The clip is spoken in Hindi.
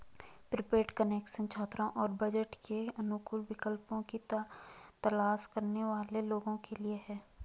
प्रीपेड कनेक्शन छात्रों और बजट के अनुकूल विकल्पों की तलाश करने वाले लोगों के लिए है